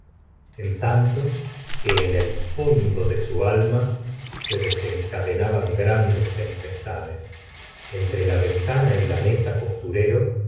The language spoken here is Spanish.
en tanto que en el fondo de su alma se desencadenaban grandes tempestades entre la ventana y la mesa costurero